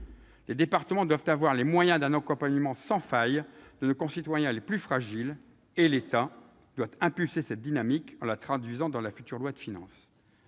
Les départements doivent avoir les moyens d'un accompagnement sans faille de nos concitoyens les plus fragiles, et l'État doit impulser cette dynamique en la traduisant dans la future loi de finances.